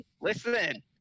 Listen